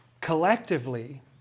collectively